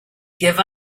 give